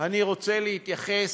אני רוצה להתייחס.